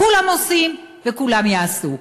כולם עושים וכולם יעשו.